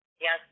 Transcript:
Yes